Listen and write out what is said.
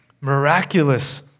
miraculous